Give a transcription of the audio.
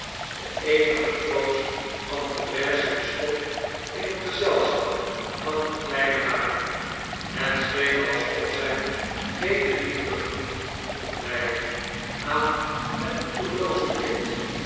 de eenige troost van therese bestond in het gezelschap van de kleine marie het scheen alsof zij geene liefde genoeg kon wijden aan het moederlooze kind